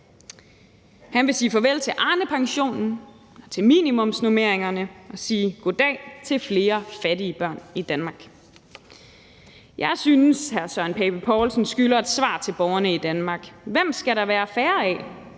Han vil sige farvel til Arnepensionen, til minimumsnormeringerne og sige goddag til flere fattige børn i Danmark. Jeg synes, hr. Søren Pape Poulsen skylder et svar til borgerne i Danmark: Hvem skal der være færre af,